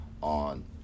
On